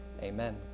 Amen